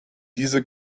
diese